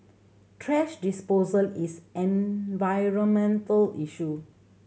thrash disposal is an environmental issue